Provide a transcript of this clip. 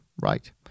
right